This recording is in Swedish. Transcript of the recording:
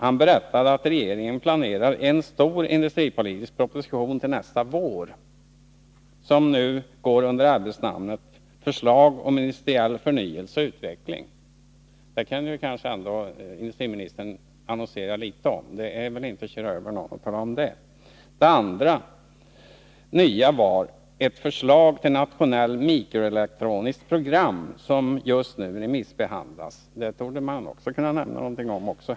Han berättade att regeringen planerar en stor industripolitisk proposition till nästa vår som nu går under arbetsnamnet Förslag om industriell förnyelse och utveckling.” Den kan ju industriministern ändå berätta litet om. Det är väl inte att köra över någon att göra det. ”Det andra nya var ett förslag till nationell mikroelektroniskt program, som just nu remissbehandlas.” Det torde han också kunna nämna något om.